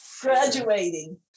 graduating